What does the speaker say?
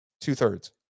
Two-thirds